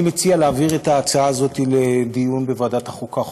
אני מציע להעביר את ההצעה הזאת לדיון בוועדת החוקה,